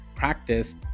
practice